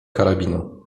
karabinu